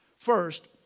First